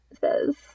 says